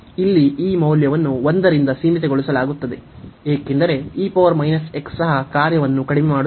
ಇಲ್ಲಿ ಈ ಮೌಲ್ಯವನ್ನು 1 ರಿಂದ ಸೀಮಿತಗೊಳಿಸಲಾಗುತ್ತದೆ ಏಕೆಂದರೆಸಹ ಕಾರ್ಯವನ್ನು ಕಡಿಮೆ ಮಾಡುತ್ತದೆ